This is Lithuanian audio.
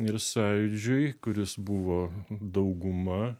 ir sąjūdžiui kuris buvo dauguma